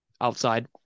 outside